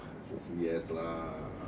就是 yes lah